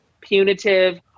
punitive